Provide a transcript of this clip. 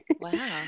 Wow